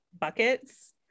buckets